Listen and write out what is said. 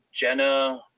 Jenna –